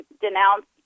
denounce